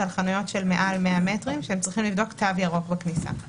זה יחול על חנויות עם מעל 100 מטרים ושם צריכים לבדוק תו ירוק בכניסה.